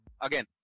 again